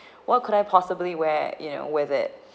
what could I possibly wear you know with it